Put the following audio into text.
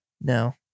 no